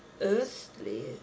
earthly